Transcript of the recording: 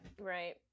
Right